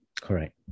Correct